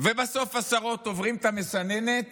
ובסוף עשרות עוברים את המסננת